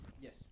Yes